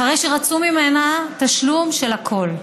אחרי שרצו ממנה תשלום של הכול.